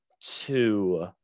two